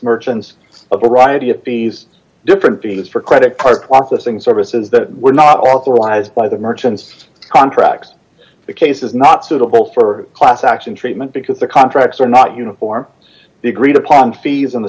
merchants of the riaa deities different beings for credit card processing services that were not authorized by the merchants contracts the case is not suitable for a class action treatment because the contracts are not uniform the agreed upon fees in the